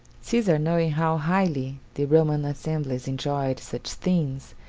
caesar, knowing how highly the roman assemblies enjoyed such scenes,